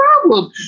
problem